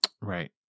Right